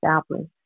establish